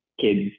kids